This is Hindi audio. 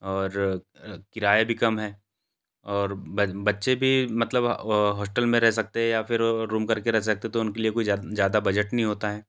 और किराया भी कम है और बच्चे भी मतलब हॉस्टल में रह सकते हैँ या फिर रूम करके रह सकते हैँ तो उनके लिए कोई ज़्यादा बज़ट नहीं होता है